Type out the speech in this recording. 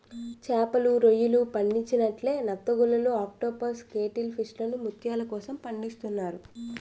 చేపలు, రొయ్యలు పండించినట్లే నత్తగుల్లలు ఆక్టోపస్ కేటిల్ ఫిష్లను ముత్యాల కోసం పండిస్తున్నారు